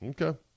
Okay